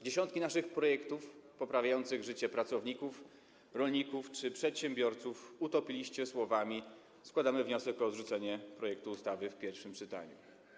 Dziesiątki naszych projektów poprawiających życie pracowników, rolników czy przedsiębiorców utopiliście słowami: składamy wniosek o odrzucenie projektu ustawy w pierwszym czytaniu.